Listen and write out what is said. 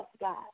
God